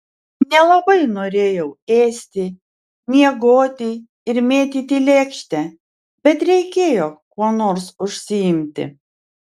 nelabai norėjau ėsti miegoti ir mėtyti lėkštę bet reikėjo kuo nors užsiimti